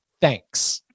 Thanks